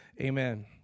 amen